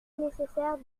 nécessaire